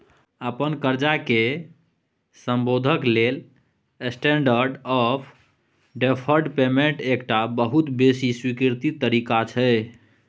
अपन करजा केँ सधेबाक लेल स्टेंडर्ड आँफ डेफर्ड पेमेंट एकटा बहुत बेसी स्वीकृत तरीका छै